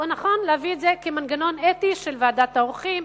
או נכון להביא את זה כמנגנון אתי של ועדת העורכים,